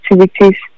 activities